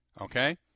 okay